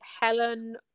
Helen